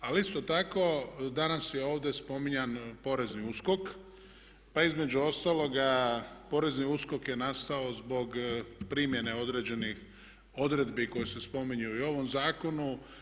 Ali isto tako danas je ovdje spominjan porezni USKOK pa između ostaloga porezni USKOK je nastao zbog primjene određenih odredbi koje se spominju i u ovom zakonu.